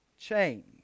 change